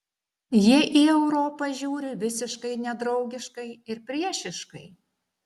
jie į europą žiūri visiškai nedraugiškai ir priešiškai